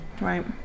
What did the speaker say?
Right